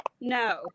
No